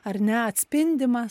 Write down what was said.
ar ne atspindimas